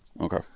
Okay